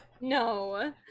no